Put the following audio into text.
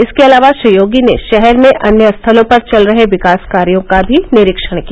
इसके अलावा श्री योगी ने शहर में अन्य स्थलों पर चल रहे विकास कार्यो का भी निरीक्षण किया